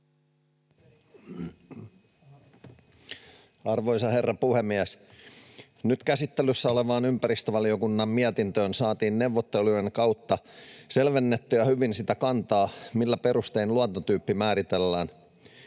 Arvoisa herra puhemies! Nyt käsittelyssä olevaan ympäristövaliokunnan mietintöön saatiin neuvottelujen kautta selvennettyä hyvin sitä kantaa, millä perustein luontotyyppi määritellään.